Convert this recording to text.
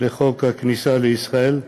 לחוק הכניסה לישראל.